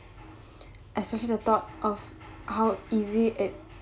especially the thought of how easy it